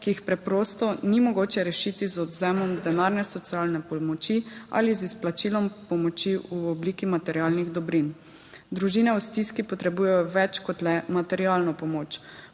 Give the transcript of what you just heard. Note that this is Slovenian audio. ki jih preprosto ni mogoče rešiti z odvzemom denarne socialne pomoči ali z izplačilom pomoči v obliki materialnih dobrin. Družine v stiski potrebujejo več kot le materialno pomoč.